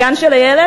הגן של הילד,